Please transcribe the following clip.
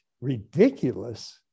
ridiculous